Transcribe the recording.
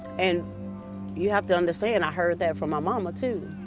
and you have to understand i heard that from my mama, too.